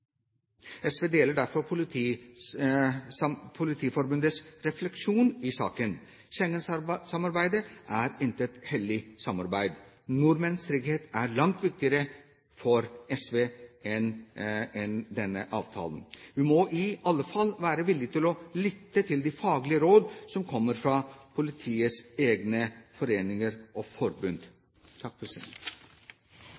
SV deler derfor Politiforbundets refleksjon i saken. Schengensamarbeidet er intet hellig samarbeid. Nordmenns trygghet er langt viktigere for SV enn denne avtalen. Vi må i alle fall være villig til å lytte til de faglige råd som kommer fra politiets egne foreninger og forbund.